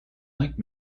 like